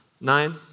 nine